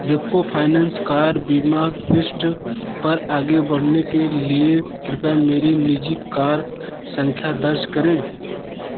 Repco finance car बीमा पृष्ठ पर आगे बढ़ने के लिए कृपया मेरी निजी कार संख्या दर्ज करें